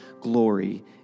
glory